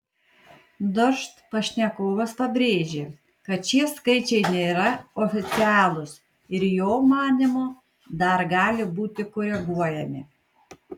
dožd pašnekovas pabrėžė kad šie skaičiai nėra oficialūs ir jo manymu dar gali būti koreguojami